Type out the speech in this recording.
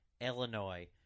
Illinois